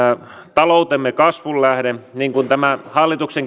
taloutemme kasvun lähde tämä hallituksen